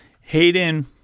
Hayden